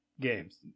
games